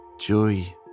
joy